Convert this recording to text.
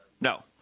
No